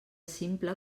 simple